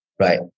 Right